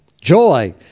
joy